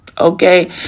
okay